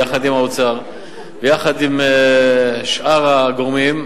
יחד עם האוצר ויחד עם שאר הגורמים,